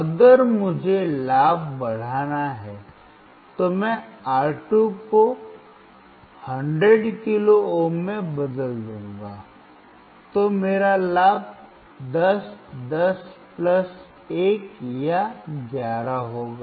अगर मुझे लाभ बढ़ाना है तो मैं R2 को 100 किलो ओम में बदल दूंगा तो मेरा लाभ 10 10 प्लस 1 या 11 होगा